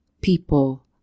People